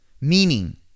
Meaning